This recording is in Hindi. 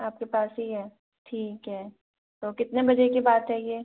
आपके पास ही है ठीक हे तो कितने बजे की बात है यह